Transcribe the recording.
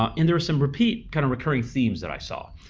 um and there were some repeat kind of recurring themes that i saw.